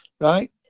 Right